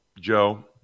Joe